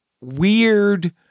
weird